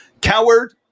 coward